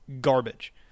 garbage